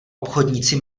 obchodníci